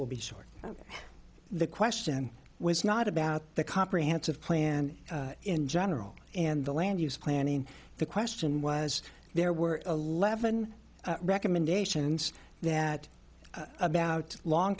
will be short the question was not about the comprehensive plan in general and the land use planning the question was there were eleven recommendations that about long